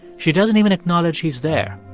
she doesn't even acknowledge he's there,